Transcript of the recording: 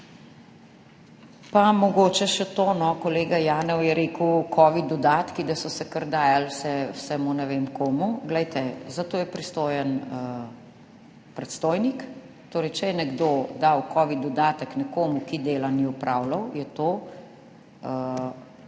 Pa mogoče še to. Kolega Janev je rekel, da so se covid dodatki kar dajali vsem, ne vem komu. Glejte, za to je pristojen predstojnik. Torej če je nekdo dal covid dodatek nekomu, ki dela ni opravljal, je to,